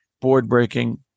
board-breaking